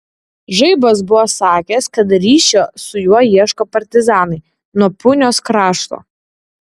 žaibas buvo sakęs kad ryšio su juo ieško partizanai nuo punios krašto